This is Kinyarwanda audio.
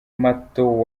mato